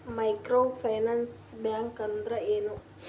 Micro finance bank ಅಂದ್ರ ಏನು?